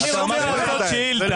אני אומר לעשות שאילתה,